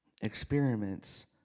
experiments